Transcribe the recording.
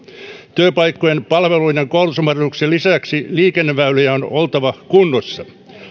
työpaikkojen palveluiden ja koulutusmahdollisuuksien lisäksi liikenneväylien on oltava kunnossa